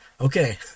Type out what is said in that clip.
okay